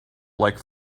like